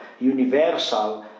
universal